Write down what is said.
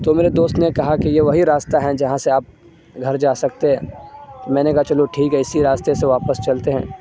تو میرے دوست نے کہا کہ یہ وہی راستہ ہیں جہاں سے آپ گھر جا سکتے ہیں میں نے کہا چلو ٹھیک ہے اسی راستے سے واپس چلتے ہیں